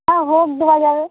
তা হোক দেওয়া যাবে